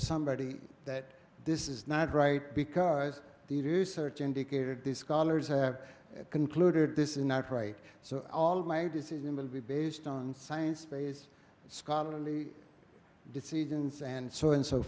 somebody that this is not right because the research indicated the scholars have concluded this is not right so all of my decision will be based on science space scholarly decisions and so and so